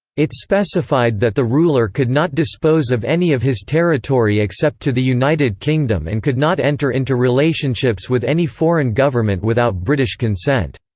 it specified that the ruler could not dispose of any of his territory except to the united kingdom and could not enter into relationships with any foreign government without british consent.